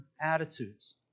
attitudes